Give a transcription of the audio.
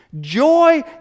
Joy